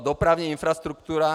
Dopravní infrastruktura...